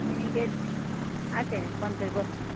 মিনিকেট আছে পঞ্চাশ বস্তা